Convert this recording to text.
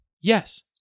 Yes